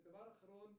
ודבר אחרון,